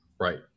Right